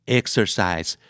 exercise